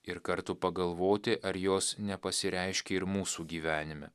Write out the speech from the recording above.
ir kartu pagalvoti ar jos nepasireiškė ir mūsų gyvenime